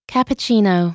Cappuccino